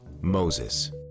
Moses